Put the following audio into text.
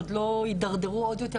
שעוד לא התדרדרו עוד יותר,